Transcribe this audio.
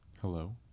Hello